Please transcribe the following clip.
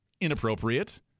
inappropriate